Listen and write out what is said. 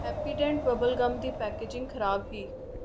Happydent bubble gum दी packaging खराब ही